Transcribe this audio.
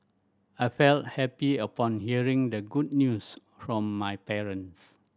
I felt happy upon hearing the good news from my parents